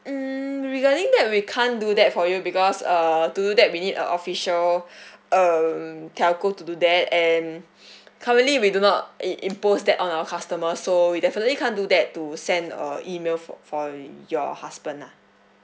um regarding that we can't do that for you because uh to do that we need a official um telco to do that and currently we do not i~ impose that on our customers so we definitely can't do that to send or email for for your husband lah